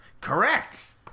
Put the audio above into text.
Correct